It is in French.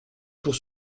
pour